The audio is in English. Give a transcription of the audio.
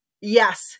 Yes